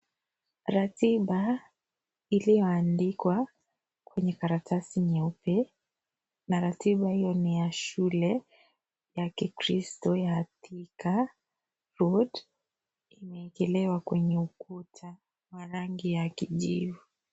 Ratiba iliyoandikwa kwenye karatasi nyeupe. Ratiba hiyo ni ya shule ya kikristo ya Thika. Imechelewa kwenye ukuta wa rangi ya kijivu.